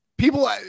People